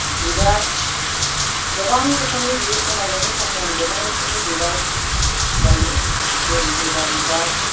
बिबार गोबां रोखोमनि बियो समायनायनि थाखाय आङो गोबां रोखोमनि बिबार गायो जेरै जबा बिबार